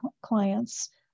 clients